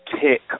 tick